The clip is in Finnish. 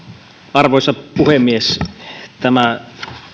arvoisa puhemies tämä